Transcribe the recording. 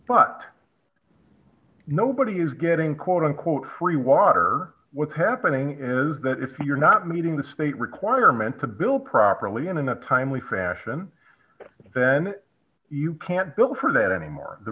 but nobody is getting quote unquote free water what's happening is that if you're not meeting the state requirement to bill properly in a timely fashion then you can't bill for that anymore the